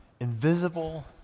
Invisible